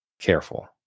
careful